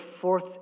fourth